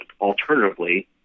Alternatively